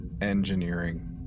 engineering